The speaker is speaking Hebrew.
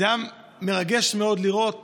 זה היה מרגש מאוד לראות